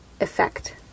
effect